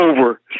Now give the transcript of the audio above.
over